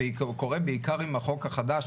וקורה בעיקר עם החוק החדש,